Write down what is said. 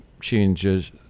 changes